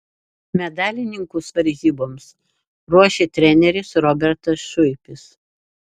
medalininkus varžyboms ruošė treneris robertas šuipis